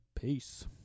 peace